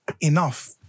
Enough